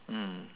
mm